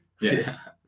Yes